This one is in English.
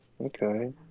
okay